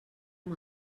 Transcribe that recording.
amb